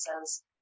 says